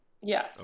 Yes